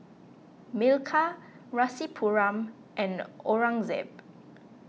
Milkha Rasipuram and Aurangzeb